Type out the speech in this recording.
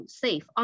safe